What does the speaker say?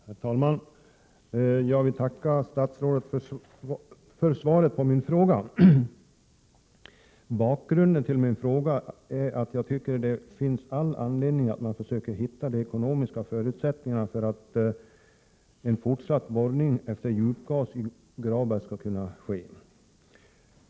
Herr talman! Jag vill tacka statsrådet för svaret på min fråga. Bakgrunden till min fråga är att jag anser att det finns all anledning att försöka finna ekonomiska förutsättningar för att fortsätta borrningen efter djupgas i Gravberg.